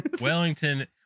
Wellington